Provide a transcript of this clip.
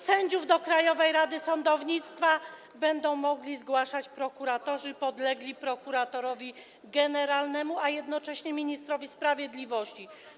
Sędziów do Krajowej Rady Sądownictwa będą mogli zgłaszać prokuratorzy podlegli prokuratorowi generalnemu, a jednocześnie ministrowi sprawiedliwości.